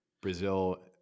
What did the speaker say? Brazil